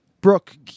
Brooke